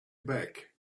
back